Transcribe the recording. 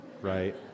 right